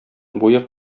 буе